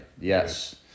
Yes